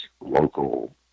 local